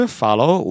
follow